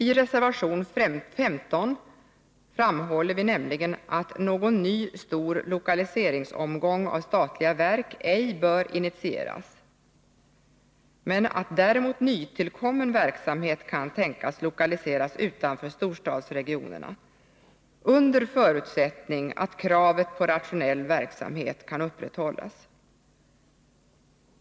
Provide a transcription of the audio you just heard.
I reservation 15 framhåller vi, att någon ny stor lokaliseringsomgång av statliga verk ej bör initieras, men att nytillkommen verksamhet kan tänkas lokaliseras utanför storstadsregionerna, under förutsättning att kravet på rationell verksamhet kan upprätthållas.